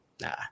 nah